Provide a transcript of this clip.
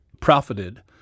profited